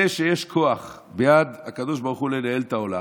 זה שיש כוח ביד הקדוש ברוך הוא לנהל את העולם,